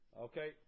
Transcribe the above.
Okay